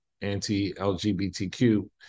anti-LGBTQ